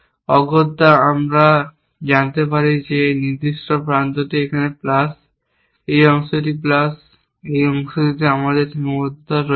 অগত্যা একবার আমি জানতে পারি যে এই নির্দিষ্ট প্রান্তটি এখানে প্লাস এই অংশটি প্লাস এই অংশটিতে আমার সীমাবদ্ধতা রয়েছে